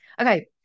Okay